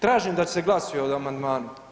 Tražim da se glasuje o amandmanu.